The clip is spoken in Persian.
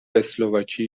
اسلواکی